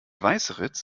weißeritz